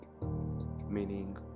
Meaning